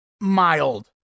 mild